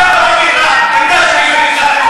כל התבטאות,